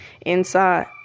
inside